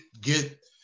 get